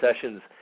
sessions